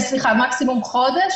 למקסימום חודש,